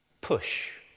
push